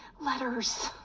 letters